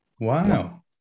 wow